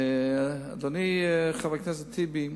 אדוני חבר הכנסת טיבי,